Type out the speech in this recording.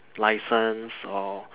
license or